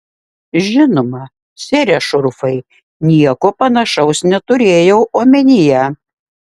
žinoma sere šurfai nieko panašaus neturėjau omenyje